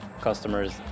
customers